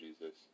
Jesus